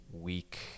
week